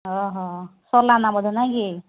ଅ ହ ସରିଲା ନା ବୋଧେ ନାଇଁ କି